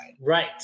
Right